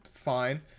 fine